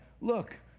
look